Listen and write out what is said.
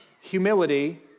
humility